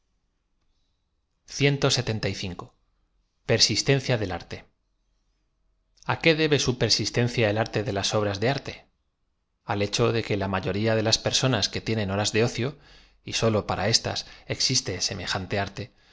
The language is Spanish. persistencia del arte a qué debe au persistencia el arte de las obras de arte a l hecho de que a m ayoría de las personas que tienen horas de ocio y sólo para éstas existe semejdkote arte